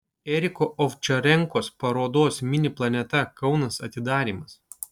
eriko ovčarenkos parodos mini planeta kaunas atidarymas